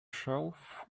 shelf